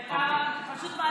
כי אתה פשוט מעליב אותו.